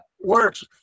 works